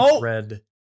Red